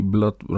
Blood